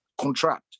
contract